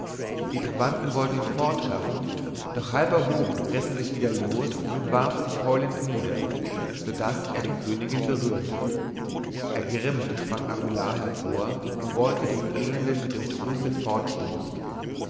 die trabanten wollten ihn fortschaffen doch halb erhoben riß er sich wieder los und warf sich heulend nieder so daß er die königin berührte ergrimmt sprang aguillar hervor und wollte den elenden mit dem fuße